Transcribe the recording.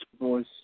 voice